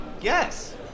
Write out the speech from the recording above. Yes